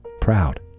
proud